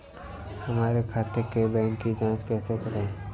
हमारे खाते के बैंक की जाँच कैसे करें?